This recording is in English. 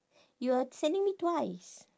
you are sending me twice